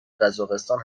قزاقستان